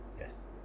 Yes